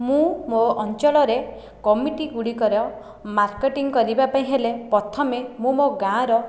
ମୁଁ ମୋ ଅଞ୍ଚଳରେ କମିଟି ଗୁଡ଼ିକର ମାର୍କେଟିଂ କରିବା ପାଇଁ ହେଲେ ପ୍ରଥମେ ମୁଁ ମୋ ଗାଁର